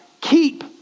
keep